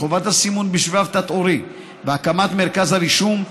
חובת הסימון בשבב תת-עורי והקמת מרכז הרישום,